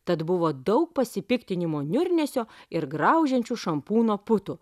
tad buvo daug pasipiktinimo niurnesio ir graužiančių šampūno putų